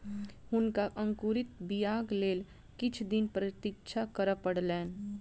हुनका अंकुरित बीयाक लेल किछ दिन प्रतीक्षा करअ पड़लैन